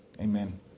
Amen